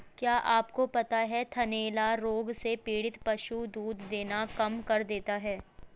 क्या आपको पता है थनैला रोग से पीड़ित पशु दूध देना कम कर देता है?